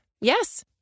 Yes